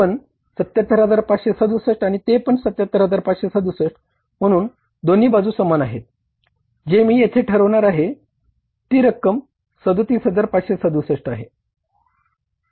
हे पण 77567 आणि ते पण 77567 म्हणून दोन्ही बाजू समान आहेत जे मी येथे ठेवणार आहे ती रक्कम 77567 आहे